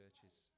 churches